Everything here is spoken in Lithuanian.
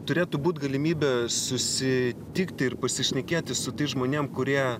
turėtų būt galimybė susitikti ir pasišnekėti su tais žmonėm kurie